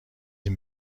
این